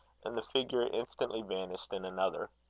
and the figure instantly vanished in another.